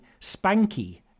spanky